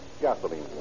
gasoline